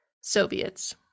soviets